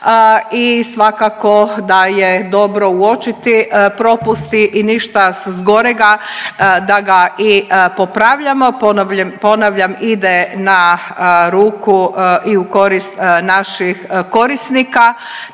i svakako da je dobro uočiti propusti i ništa zgorega da ga i popravljamo. Ponavljam, ide na ruku i u korist naših korisnika,